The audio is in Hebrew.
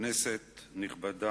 כנסת נכבדה,